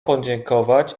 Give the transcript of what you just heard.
podziękować